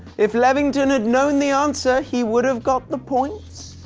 if levington had known the answer, he would have got the points!